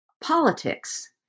politics